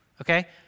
okay